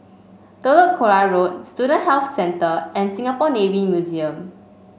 Telok Kurau Road Student Health Centre and Singapore Navy Museum